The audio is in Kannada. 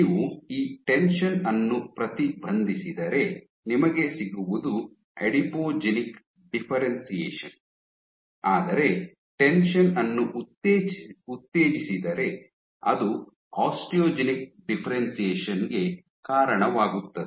ನೀವು ಈ ಟೆನ್ಷನ್ ಅನ್ನು ಪ್ರತಿಬಂಧಿಸಿದರೆ ನಿಮಗೆ ಸಿಗುವುದು ಅಡಿಪೋಜೆನಿಕ್ ಡಿಫ್ಫೆರೆನ್ಶಿಯೇಷನ್ ಆದರೆ ಟೆನ್ಷನ್ ಅನ್ನು ಉತ್ತೇಜಿಸಿದರೆ ಅದು ಆಸ್ಟಿಯೋಜೆನಿಕ್ ಡಿಫ್ಫೆರೆನ್ಶಿಯೇಷನ್ ಗೆ ಕಾರಣವಾಗುತ್ತದೆ